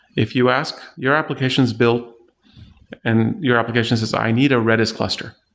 if you ask your applications built and your application says, i need a redis cluster.